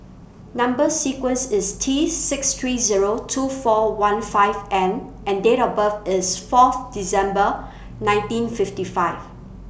Number sequence IS T six three Zero two four one five N and Date of birth IS Fourth December nineteen fifty five